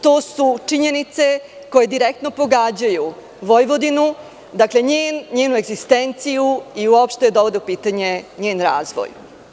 To su činjenice koje direktno pogađaju Vojvodinu, dakle njenu egzistenciju i uopšte dovode u pitanje njen razvoj.